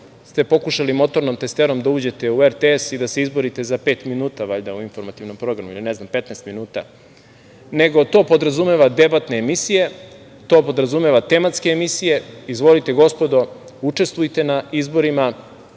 ste pokušali motornom testerom da uđete u RTS i da se izborite valjda za pet minuta u informativnom programu ili ne znam, 15 minuta, nego to podrazumeva debatne emisije, to podrazumeva tematske emisije, izvolite gospodo, učestvujte na izborima,